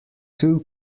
two